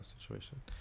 situation